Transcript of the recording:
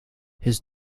his